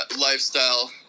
lifestyle